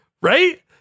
right